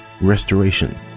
restoration